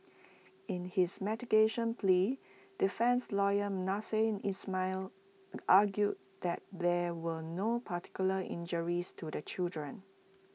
in his mitigation plea defence lawyer Nasser Ismail argued that there were no particular injuries to the children